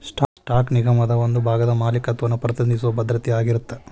stock ನಿಗಮದ ಒಂದ ಭಾಗದ ಮಾಲೇಕತ್ವನ ಪ್ರತಿನಿಧಿಸೊ ಭದ್ರತೆ ಆಗಿರತ್ತ